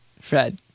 Fred